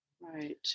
right